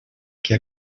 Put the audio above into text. que